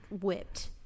whipped